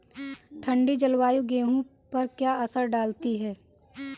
ठंडी जलवायु गेहूँ पर क्या असर डालती है?